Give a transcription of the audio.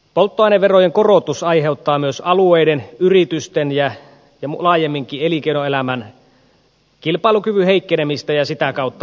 polttoaineverojen korotus aiheuttaa myös alueiden yritysten ja laajemminkin elinkeinoelämän kilpailukyvyn heikkenemistä ja sitä kautta näivettymistä